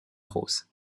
rose